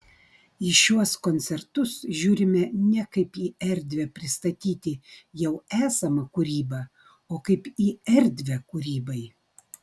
į šiuos koncertus žiūrime ne kaip į erdvę pristatyti jau esamą kūrybą o kaip į erdvę kūrybai